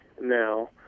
now